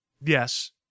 Yes